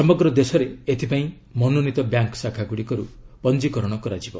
ସମଗ୍ର ଦେଶରେ ଏଥିପାଇଁ ମନୋନୀତ ବ୍ୟାଙ୍କ ଶାଖାଗୁଡ଼ିକରୁ ପଞ୍ଜିକରଣ କରାଯିବ